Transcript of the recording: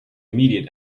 immediate